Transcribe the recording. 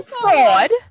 fraud